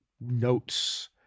notes